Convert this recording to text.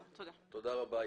תודה רבה.